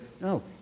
no